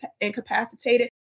incapacitated